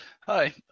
Hi